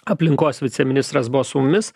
aplinkos viceministras buvo su mumis